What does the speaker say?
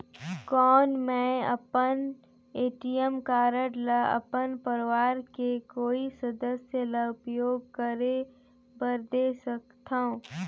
कौन मैं अपन ए.टी.एम कारड ल अपन परवार के कोई सदस्य ल उपयोग करे बर दे सकथव?